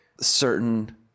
certain